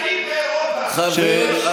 תתביישו לכם.